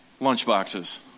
lunchboxes